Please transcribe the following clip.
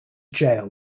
jail